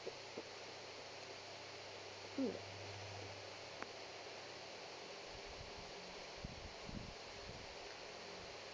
mm